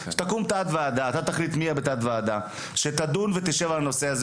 שתקום תת-ועדה שתשב ותדון בנושא הזה.